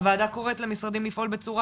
הוועדה קוראת למשרדים לפעול בצורה